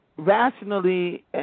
rationally